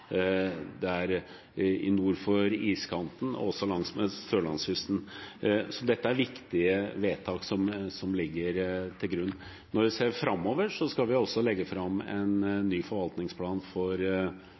nord for iskanten og langs Sørlandskysten. Det er viktige vedtak som ligger til grunn. Når vi ser framover, skal vi altså legge fram